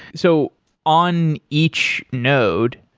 so on each node,